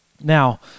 Now